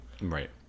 Right